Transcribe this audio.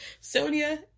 Sonia